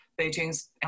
Beijing's